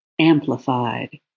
amplified